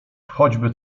choćby